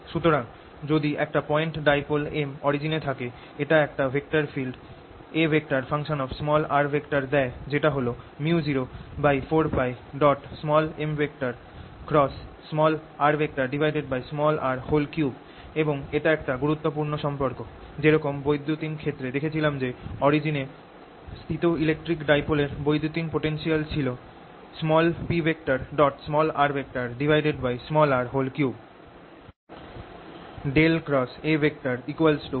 সুতরাং যদি একটা পয়েন্ট ডাইপোল m অরিজিন এ থাকে এটা একটা ভেক্টর ফিল্ড A দেয় যেটা হল µ04π এবং এটা একটা গুরুত্বপূর্ণ সম্পর্ক যেরকম বৈদ্যুতিন ক্ষেত্রে দেখেছিলাম যে অরিজিনএ স্থিত ইলেকট্রিক ডাইপোল এর বৈদ্যুতিন পোটেনশিয়াল ছিল prr3